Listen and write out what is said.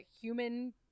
human